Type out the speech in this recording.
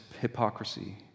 hypocrisy